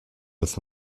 als